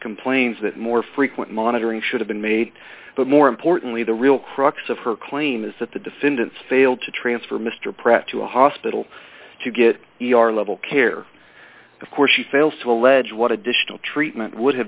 complains that more frequent monitoring should have been made but more importantly the real crux of her claim is that the defendants failed to transfer mr pratt to a hospital to get e r level care of course she fails to allege what additional treatment would have